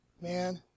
man